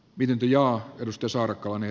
viljaa pystysuora kone